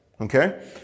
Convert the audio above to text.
Okay